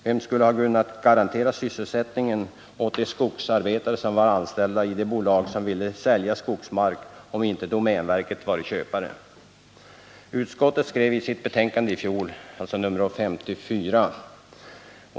Vem skulle ha kunnat garantera sysselsättning åt de skogsarbetare som var anställda i de bolag som ville sälja skogsmark, om inte domänverket varit köpare?